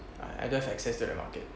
I don't have access to the market